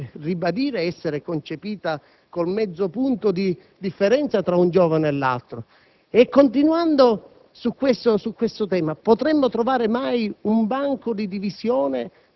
luogo dove si misurano con il mezzo punto, con il credito formativo alla virgola, la capacità e l'inventiva del giovane.